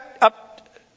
up